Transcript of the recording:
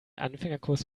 anfängerkurs